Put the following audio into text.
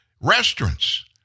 restaurants